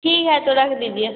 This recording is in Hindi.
ठीक है तो रख दीजिए